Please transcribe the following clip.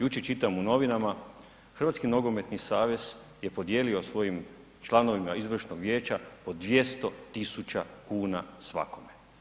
Jučer čitam u novinama, Hrvatski nogometni savez je podijelio svojim članovima izvršnog vijeća po 200 000 kuna svakom.